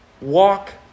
Walk